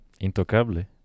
Intocable